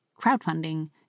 Crowdfunding